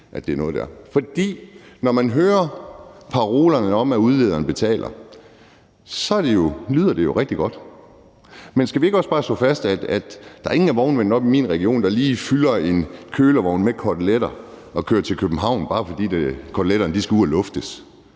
For når man hører parolen om, at udlederen indbetaler, lyder det jo rigtig godt. Men skal vi ikke også bare slå fast, at der ikke er nogen af vognmændene oppe i min region, der lige fylder en kølevogn med koteletter og kører til København, bare fordi koteletterne skal ud at luftes?